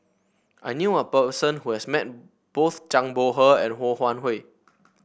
I knew a person who has met both Zhang Bohe and Ho Wan Hui